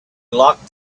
locked